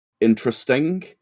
interesting